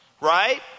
right